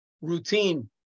routine